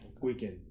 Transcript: weekend